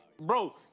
Bro